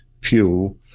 fuel